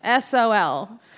SOL